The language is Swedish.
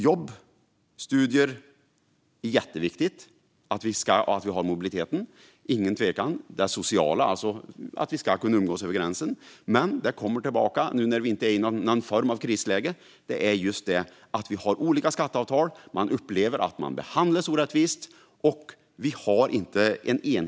Jobb, studier, mobilitet och sociala relationer är tveklöst jätteviktiga, men nu när det inte längre är krisläge återkommer frågan om att det saknas enhetlighet i beskattningen och att folk känner sig orättvist behandlade.